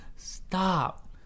Stop